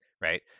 Right